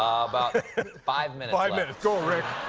um about five minutes. five minutes, go, rick.